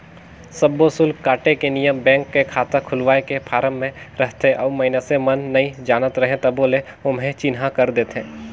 सब्बो सुल्क काटे के नियम बेंक के खाता खोलवाए के फारम मे रहथे और मइसने मन नइ जानत रहें तभो ले ओम्हे चिन्हा कर देथे